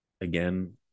again